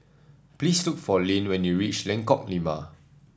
please look for Lynne when you reach Lengkok Lima